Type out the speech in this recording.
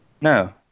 No